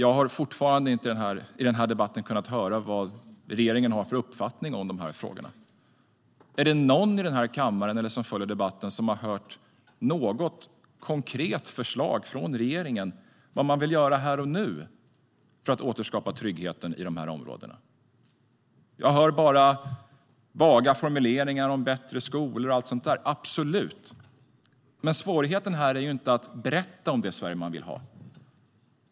I denna debatt har jag ännu inte hört vad regeringen har för uppfattning i frågan. Har någon i denna kammare eller bland er andra som följer debatten hört något konkret förslag från regeringen om vad man vill göra här och nu för att återskapa tryggheten i dessa områden? Jag hör bara vaga formuleringar om bättre skolor och allt sådant. Absolut! Men svårigheten är inte att berätta om det Sverige man vill ha.